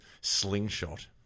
slingshot